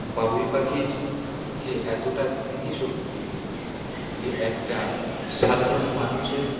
বাবুই পাখির যে এতটা স্মৃতিশক্তি যে একটা সাধারণ মানুষের